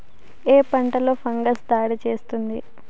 ఏ పంటలో ఫంగస్ దాడి చేస్తుంది?